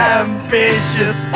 ambitious